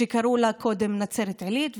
שקודם קראו לה נצרת עילית,